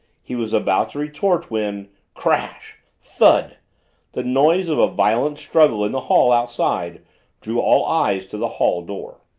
he was about to retort when crash! thud the noise of a violent struggle in the hall outside drew all eyes to the hall door.